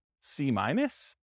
C-minus